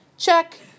Check